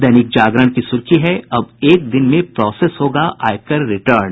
दैनिक जागरण की सुर्खी है अब एक दिन में प्रोसेस होगा आयकर रिटर्न